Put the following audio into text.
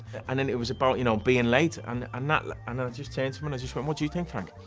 and then it was about, you know, being late and and i just turned to him and i just went, what do you think, frank?